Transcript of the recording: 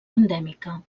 endèmica